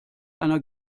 einer